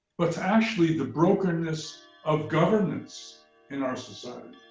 but to actually the brokenness of governance in our society,